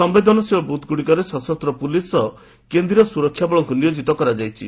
ସମ୍ଭେଦନଶୀଳ ବୁଥ୍ଗୁଡ଼ିକରେ ସଶସ୍ତ ପୁଲିସ୍ ସହ କେନ୍ଦୀୟ ସୁରକ୍ଷା ବଳଙ୍କୁ ନିୟୋଜିତ କରାଯାଇଛି